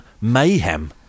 Mayhem